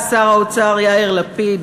שר האוצר יאיר לפיד,